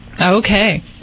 Okay